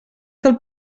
del